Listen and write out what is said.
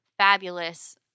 Fabulous